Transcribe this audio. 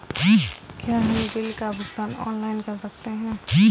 क्या हम बिल का भुगतान ऑनलाइन कर सकते हैं?